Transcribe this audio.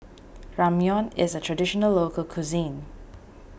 Ramyeon is a Traditional Local Cuisine